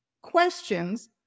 questions